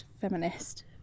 feminist